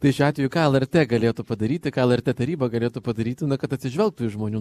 tai šiuo atveju ką lrt galėtų padaryti ką lrt taryba galėtų padaryti kad atsižvelgtų į žmonių